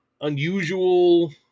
unusual